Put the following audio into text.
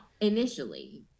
Initially